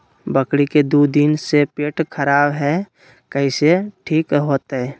बकरी के दू दिन से पेट खराब है, कैसे ठीक होतैय?